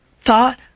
thought